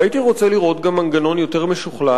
והייתי רוצה לראות גם מנגנון יותר משוכלל,